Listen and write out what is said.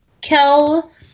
Kel